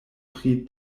pri